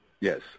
Yes